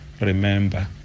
remember